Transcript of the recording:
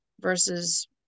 versus